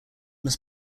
miss